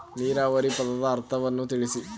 ನೀರಾವರಿ ಪದದ ಅರ್ಥವನ್ನು ತಿಳಿಸಿ?